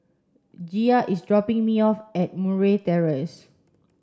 Gia is dropping me off at Murray Terrace